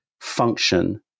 function